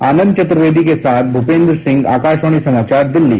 आनंद चतुर्वेदी के साथ भूपेन्द्र सिंह आकाशवाणी समाचार दिल्ली